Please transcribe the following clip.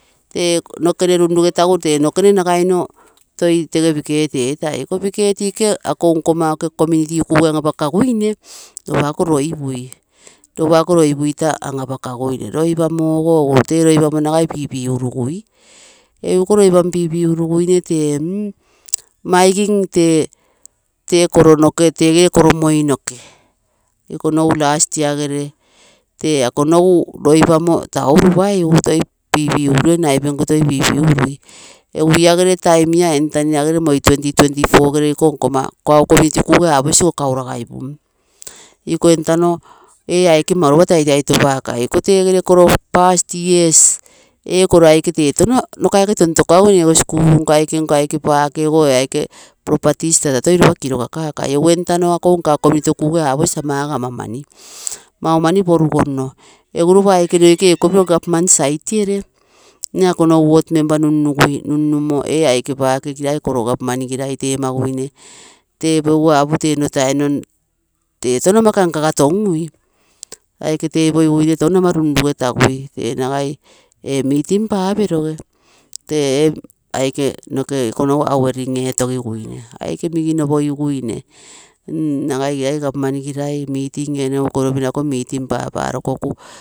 Tee noke kene runnigotagu tee nokekene toi nagai mo toi tege bikhet etai, iko bikhet iko nkomau community kuge an apakaguine ropa ako loipui, ropa akoo loipui taa an apa kaguine, loi paro oi pipigurugui, egu iko loipamo pipiguruguine, tee mmo maigim tee, tee koro noke tege koro moi noke ikonogu last year gere tee akonogu loipamo taa uruu paigu toi pipigurui knife nkoo toi pipigurui egu iagere toum iaa entano iagere moi twenty twenty four gere iko nkommau community kuge aposi ikoo kauragai pum. Iko enatano ee aike mauropa toitopagui. iko tegere koro past years ee koro aike tee touno nokaike tontoka guine. Ikoo skul nko aike aike pakeego properties taa toi kirogakakai community oo kuge aposi ama ogo ama mani. Maumani poru mono egu ropa aike ekopiro government sait gere nne akogere wot member run nugui ee aike apogigui tee nno tai noro touno ama kan kaga togum aike tepogiguine touno ama runnege tugui eenagai ee meeting papiroge tee aike ikonogu avoiding etogiguine aike miginopo giguinee nagai igilai government gilia meetins etogino kero miroo ako meeting paparokokui.